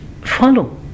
follow